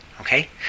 Okay